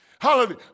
Hallelujah